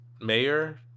mayor